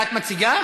עליזה לביא תציג.